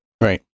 Right